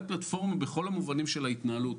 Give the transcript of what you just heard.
פלטפורמה בכל המובנים של ההתנהלות.